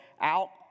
out